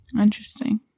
Interesting